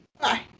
Bye